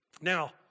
Now